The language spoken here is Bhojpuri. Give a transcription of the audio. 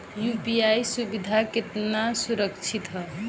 यू.पी.आई सुविधा केतना सुरक्षित ह?